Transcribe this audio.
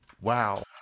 Wow